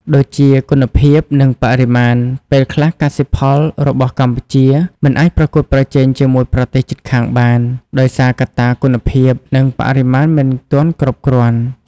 ដូចជា គុណភាព និងបរិមាណ ពេលខ្លះកសិផលរបស់កម្ពុជាមិនអាចប្រកួតប្រជែងជាមួយប្រទេសជិតខាងបាន ដោយសារកត្តាគុណភាព និងបរិមាណមិនទាន់គ្រប់គ្រាន់។